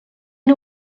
nhw